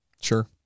Sure